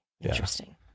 interesting